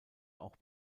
auch